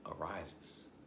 arises